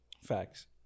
Facts